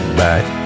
back